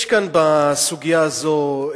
יש כאן, בסוגיה הזאת,